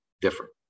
different